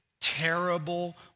terrible